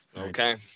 Okay